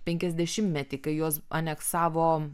penkiasdešimtmetį kai juos aneksavo